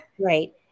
Right